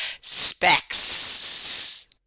Specs